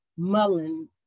Mullen